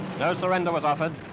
no surrender was offered.